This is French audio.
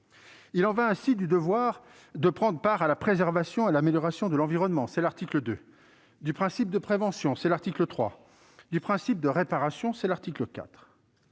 Il y va ainsi du devoir de prendre part à la préservation et à l'amélioration de l'environnement- c'est l'article 2 -, du principe de prévention- c'est l'article 3 -et du principe de réparation- c'est l'article 4.